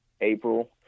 April